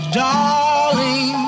darling